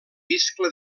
iscle